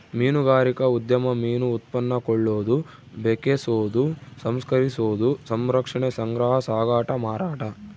ಮೀನುಗಾರಿಕಾ ಉದ್ಯಮ ಮೀನು ಉತ್ಪನ್ನ ಕೊಳ್ಳೋದು ಬೆಕೆಸೋದು ಸಂಸ್ಕರಿಸೋದು ಸಂರಕ್ಷಣೆ ಸಂಗ್ರಹ ಸಾಗಾಟ ಮಾರಾಟ